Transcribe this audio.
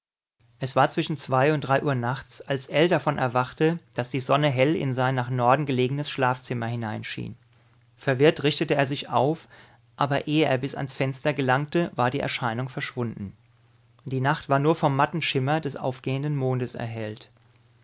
es war zwischen zwei und drei uhr nachts als ell davon erwachte daß die sonne hell in sein nach norden gelegenes schlafzimmer hineinschien verwirrt richtete er sich auf aber ehe er bis an das fenster gelangte war die erscheinung verschwunden die nacht war nur vom matten schimmer des aufgehenden mondes erhellt